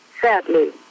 sadly